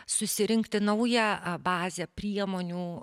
susirinkti naują bazę priemonių